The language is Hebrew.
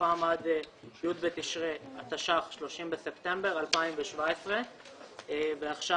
ותוקפן עד יום י' בתשרי התשע"ח (30 בספטמבר 2017). עכשיו